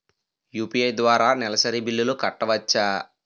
UPI ద్వారా నెలసరి బిల్లులు కట్టవచ్చా?